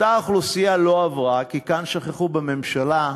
אותה אוכלוסייה לא עברה, כי כאן שכחו, בממשלה,